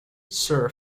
sir